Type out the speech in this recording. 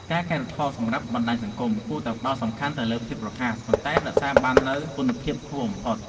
ការកែរូបថតសម្រាប់ បណ្តាញសង្គម គួរតែផ្ដោតសំខាន់ទៅលើភាពរហ័ស ប៉ុន្តែនៅតែរក្សាបាននូវគុណភាពខ្ពស់បំផុត។